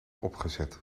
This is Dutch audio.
opgezet